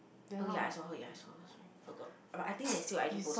oh ya I saw her ya I saw her sorry forgot but I think there's still got I_G post